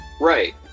Right